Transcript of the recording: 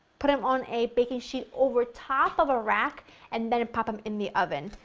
put them on a baking sheet over top of a rack and then pop them in the oven.